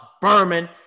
Berman